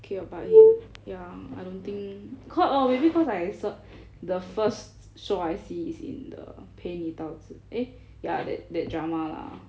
okay orh but he ya I don't think ca~ maybe cause I sa~ the first show I see is in the 陪你到 ji~ eh ya that drama lah